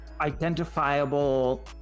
identifiable